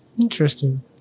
Interesting